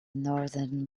northern